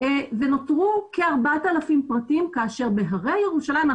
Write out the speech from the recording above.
ונותרו כ-4,000 פרטים כאשר בהרי ירושלים,